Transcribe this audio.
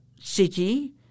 city